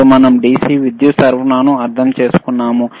అప్పుడు మనం DC విద్యుత్ సరఫరాను అర్థం చేసుకున్నాము